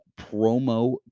promo